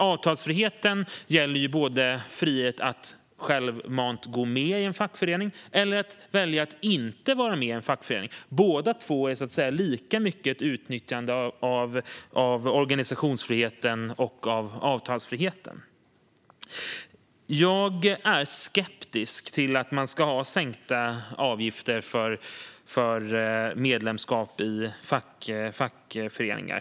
Avtalsfriheten gäller både frihet att självmant gå med i en fackförening eller att välja att inte vara med i en fackförening. Båda två är lika mycket ett utnyttjande av organisationsfriheten och avtalsfriheten. Jag är skeptisk till sänkta avgifter för medlemskap i fackföreningar.